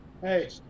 hey